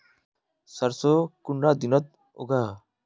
सरसों कुंडा दिनोत उगैहे?